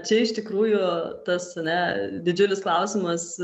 čia iš tikrųjų tas ane didžiulis klausimas